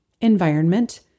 environment